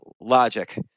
logic